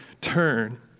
turn